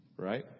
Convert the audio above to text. Right